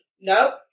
Nope